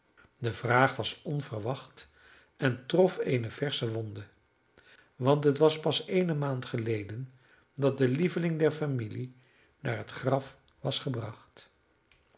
de vraag was onverwacht en trof eene versche wonde want het was pas eene maand geleden dat de lieveling der familie naar het graf was gebracht